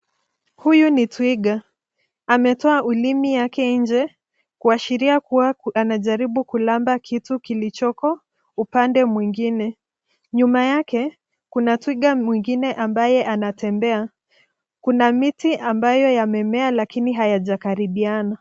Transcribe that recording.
Huyu ni twiga, ametoa ulimi yake nje kuashiria kuwa anajaribu kulamba kitu kilichoko upande mwingine. Nyuma yake kuna twiga mwingine ambaye anatembea. Kuna miti ambayo yamemea lakini hayajakaribiana.